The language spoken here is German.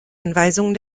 anweisungen